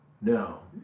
No